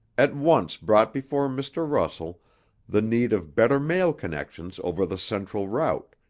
at once brought before mr. russell the need of better mail connections over the central route,